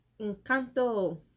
Encanto